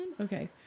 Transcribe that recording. okay